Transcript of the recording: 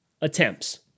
attempts